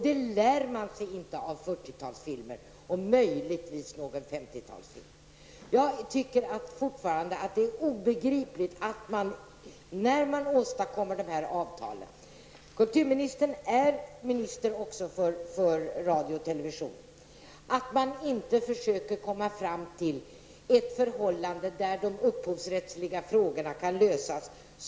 Det lär de sig inte av 40-talsfilmer och en och annan 50 Kulturministern är minister också för radio och television. För mig är det fortfarande obegripligt att man, när dessa avtal skall träffas, inte försöker uppnå en situation där de upphovsrättsliga frågorna kan lösas.